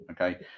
Okay